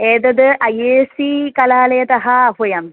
एतद् I A S C कलालयतः आह्वयामि